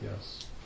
Yes